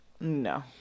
No